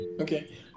okay